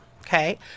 okay